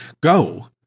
Go